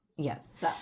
Yes